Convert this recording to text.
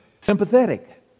sympathetic